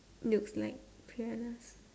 looks like piranhas